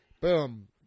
boom